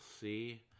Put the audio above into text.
see